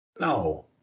No